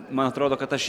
man atrodo kad aš